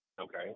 Okay